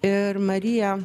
ir marija